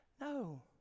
no